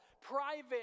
private